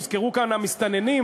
הוזכרו כאן המסתננים,